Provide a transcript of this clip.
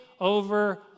over